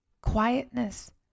quietness